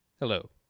Hello